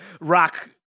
rock